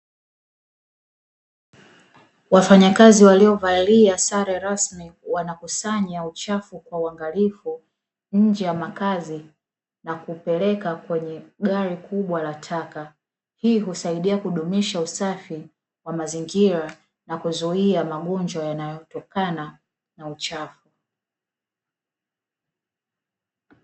Wafanyakazi waliovalia sare rasmi wanakusanya uchafu kwa uangalifu nje ya makazi na kuupeleka kwenye gari kubwa la taka; hii husaidia kudumisha usafi wa mazingira na kuzuia magonjwa yanayotokana na uchafu.